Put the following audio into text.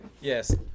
Yes